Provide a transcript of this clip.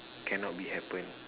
cannot be happen